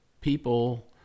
people